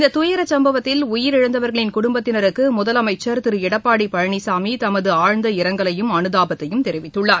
இந்ததுயரசம்பவத்தில் உயிரிழந்தவர்களின் குடும்பத்தினருக்குமுதலமைச்சர் திருளடப்பாடிபழனிசாமிதமதுஆழ்ந்த இரங்கலையும் அனுதாபத்தையும் தெரிவித்துள்ளார்